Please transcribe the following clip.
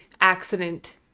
accident